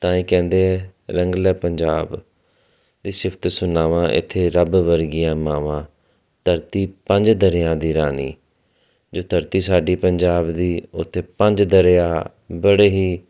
ਤਾਂ ਇਹ ਕਹਿੰਦੇ ਰੰਗਲਾ ਪੰਜਾਬ ਅਤੇ ਸਿਫ਼ਤ ਸੁਣਾਵਾਂ ਇੱਥੇ ਰੱਬ ਵਰਗੀਆਂ ਮਾਵਾਂ ਧਰਤੀ ਪੰਜ ਦਰਿਆ ਦੀ ਰਾਣੀ ਜੋ ਧਰਤੀ ਸਾਡੀ ਪੰਜਾਬ ਦੀ ਉੱਥੇ ਪੰਜ ਦਰਿਆ ਬੜੇ ਹੀ